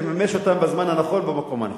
תממש אותם בזמן הנכון ובמקום הנכון.